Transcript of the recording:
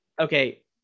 Okay